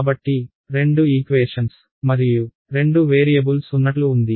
కాబట్టి రెండు ఈక్వేషన్స్ మరియు రెండు వేరియబుల్స్ ఉన్నట్లు ఉంది